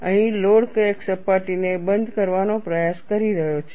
અહીં load crack સપાટીને બંધ કરવાનો પ્રયાસ કરી રહ્યો છે